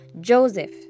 Joseph